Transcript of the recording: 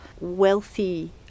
wealthy